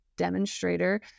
demonstrator